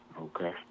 okay